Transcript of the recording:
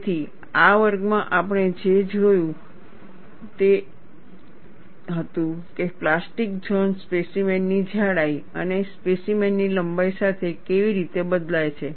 તેથી આ વર્ગમાં આપણે જે જોયું છે તે હતું કે પ્લાસ્ટિક ઝોન સ્પેસીમેન ની જાડાઈ અને સ્પેસીમેન ની લંબાઈ સાથે કેવી રીતે બદલાય છે